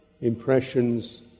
impressions